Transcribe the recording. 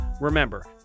remember